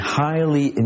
highly